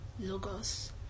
Logos